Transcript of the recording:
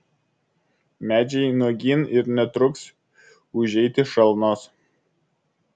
medžiai nuogyn ir netruks užeiti šalnos